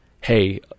Hey